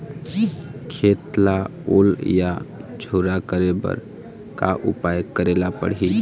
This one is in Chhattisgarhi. खेत ला ओल या झुरा करे बर का उपाय करेला पड़ही?